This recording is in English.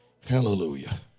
Hallelujah